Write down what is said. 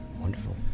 Wonderful